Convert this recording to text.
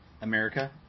America